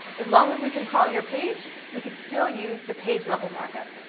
as long as we can crawl your page, we can still use the page-level markup.